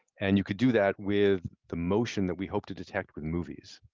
and you could do that with the motion that we hope to detect with movies.